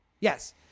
Yes